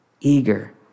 eager